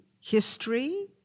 history